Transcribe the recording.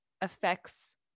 affects